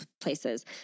places